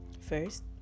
First